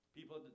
People